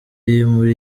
muri